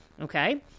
Okay